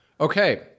Okay